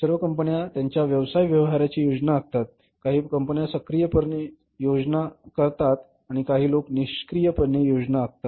सर्व कंपन्या त्यांच्या व्यवसाय व्यवहाराची योजना आखतात काही कंपन्या सक्रियपणे योजना तयार करतात आणि काही लोक निष्क्रीयपणे योजना आखतात